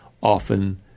often